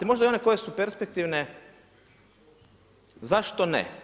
Možda i one koje su perspektivne zašto ne?